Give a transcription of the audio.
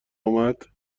اومد